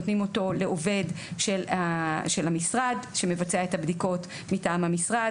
נותנים אותו לעובד של המשרד שמבצע את הבדיקות מטעם המשרד.